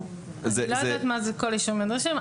אני לא יודעת מה זה כל האישורים הנדרשים.